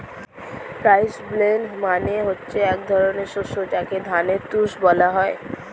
rice bran মানে হচ্ছে এক ধরনের শস্য যাকে ধানের তুষ বলে